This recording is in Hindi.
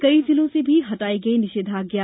कई जिलों से भी हटाई गई निषेधाज्ञा